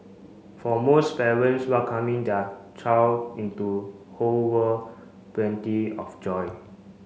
for most parents welcoming their child into whole world plenty of joy